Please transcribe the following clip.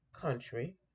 country